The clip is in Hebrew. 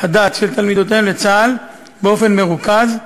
הדת של תלמידותיהן לצה"ל באופן מרוכז,